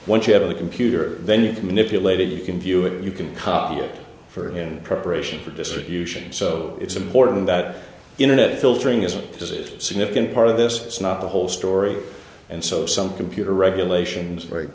once you have the computer then you can manipulate it you can view it you can copy it for in preparation for distribution so it's important that internet filtering isn't is it significant part of this it's not the whole story and so some computer regulations